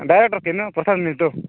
direct କିନୁ ପ୍ରଶାନ୍ତ ମିଣ୍ଟୋ